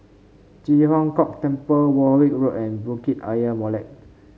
Ji Huang Kok Temple Warwick Road and Bukit Ayer Molek